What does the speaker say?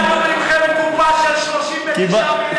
קופה של 39 מיליארד שקל גירעון.